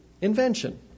invention